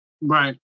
Right